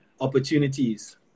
opportunities